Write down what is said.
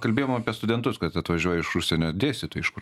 kalbėjom apie studentus kad atvažiuoja iš užsienio dėstytojai iš kur